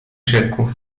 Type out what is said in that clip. rzekł